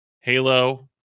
halo